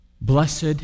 Blessed